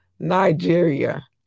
Nigeria